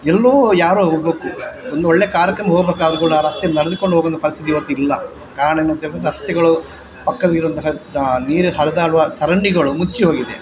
ಎಲ್ಲೋ ಯಾರೋ ಒಬ್ಬ ಒಂದು ಒಳ್ಳೆಯ ಕಾರ್ಯಕ್ರಮಕ್ಕೆ ಹೋಗ್ಬೇಕಾದರೂ ಕೂಡ ರಸ್ತೆಯಲ್ಲಿ ನಡೆದುಕೊಂಡು ಹೋಗುವಂಥ ಪರಿಸ್ಥಿತಿ ಇವತ್ತಿಲ್ಲ ಕಾರಣ ಏನು ಅಂತ್ಹೇಳಿದ್ರೆ ರಸ್ತೆಗಳು ಪಕ್ಕದಲ್ಲಿರುವಂತಹ ನೀರು ಹರಿದಾಡುವ ಚರಂಡಿಗಳು ಮುಚ್ಚಿ ಹೋಗಿದೆ